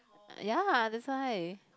ya lah that's why